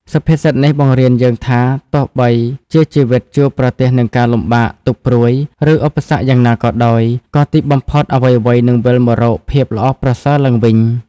សុភាសិតនេះបង្រៀនយើងថា ទោះបីជាជីវិតជួបប្រទះនឹងការលំបាក ទុក្ខព្រួយ ឬឧបសគ្គយ៉ាងណាក៏ដោយ ក៏ទីបំផុតអ្វីៗនឹងវិលមករកភាពល្អប្រសើរឡើងវិញ។